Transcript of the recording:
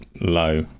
low